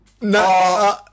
no